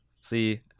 see